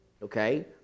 Okay